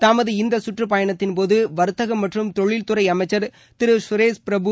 தமது இந்த சுற்றுப் பயணத்தின் போது வர்த்தகம் மற்றும் தொழில்துறை அமைச்சர் திரு சுரேஷ்பிரபு